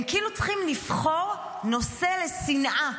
הם כאילו צריכים לבחור נושא לשנאה,